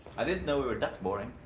i didn't know we were that boring.